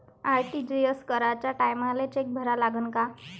RTGS कराच्या टायमाले cheque भरा लागन का?